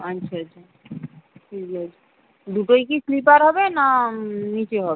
আচ্ছা আচ্ছা ঠিক আছে দুটোই কি স্লিপার হবে না নিচে হবে